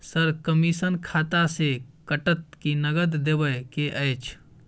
Sir, commission खाता से कटत कि नगद देबै के अएछ?